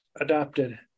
adopted